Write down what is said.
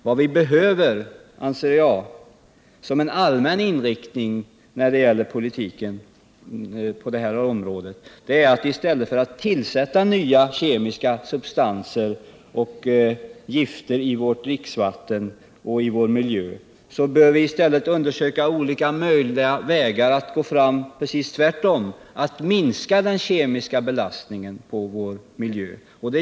Vad vi behöver, anser jag, som en allmän inriktning när det gäller politiken på det här området är att, i stället för att tillsätta nya kemiska substanser och gifter till vårt dricksvatten och vår miljö, undersöka olika möjliga vägar att gå fram precis tvärtom, dvs. minska den kemiska belastningen på vår miljö.